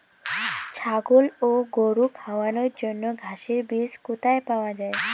ছাগল ও গরু খাওয়ানোর জন্য ঘাসের বীজ কোথায় পাওয়া যায়?